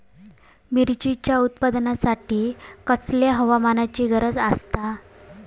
मिरचीच्या उत्पादनासाठी कसल्या हवामानाची गरज आसता?